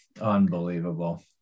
Unbelievable